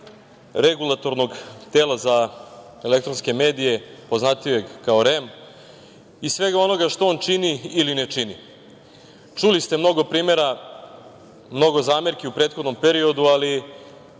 Regulatornog tela za elektronske medije, poznatijeg kao REM, i svega onoga što on čini ili ne čini. Čuli ste mnogo primera, mnogo zamerki u prethodnom periodu, ali